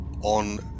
on